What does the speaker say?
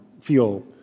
feel